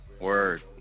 Word